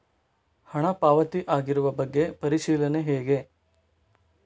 ಹಣ ಪಾವತಿ ಆಗಿರುವ ಬಗ್ಗೆ ಪರಿಶೀಲನೆ ಹೇಗೆ?